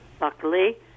Luckily